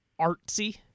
artsy